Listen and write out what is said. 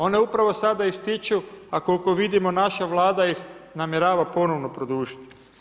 One upravo sada ističu, a koliko vidimo, naša Vlada ih namjerava ponovno produžiti.